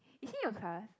is she in your class